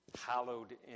hallowed